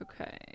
Okay